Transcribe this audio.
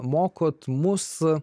mokote mus